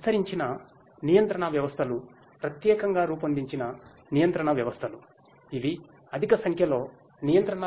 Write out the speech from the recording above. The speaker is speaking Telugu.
విస్థరించిన నియంత్రణ వ్యవస్థలు ప్రత్యేకంగా రూపొందించిన నియంత్రణ వ్యవస్థలు ఇవి అధిక సంఖ్యలో నియంత్రణ